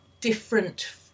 different